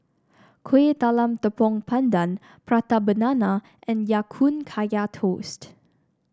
Kuih Talam Tepong Pandan Prata Banana and Ya Kun Kaya Toast